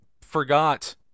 forgot